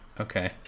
Okay